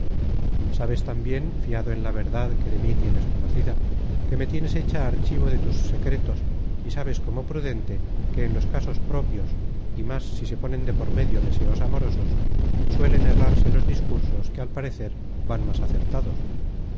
sabes tambien fiado en la verdad que de mí tienes conocida que me tienes hecha archivo de tus secretos y sabes como prudente que en los casos propios y más si se ponen de por medio deseos amorosos suelen errarse los discursos que al parecer van más acertados